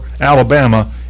Alabama